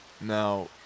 now